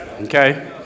Okay